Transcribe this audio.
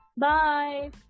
Bye